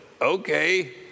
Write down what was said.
okay